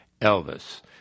Elvis